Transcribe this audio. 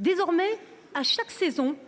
Désormais, à chaque saison